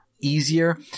easier